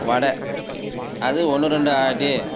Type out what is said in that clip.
வடை அதுவும் ஒன்று ரெண்டு ஆட்டி